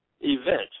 event